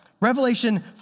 Revelation